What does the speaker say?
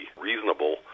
reasonable